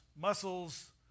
muscles